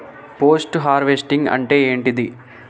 Post harvesting అంటే ఏంటిది?